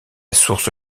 source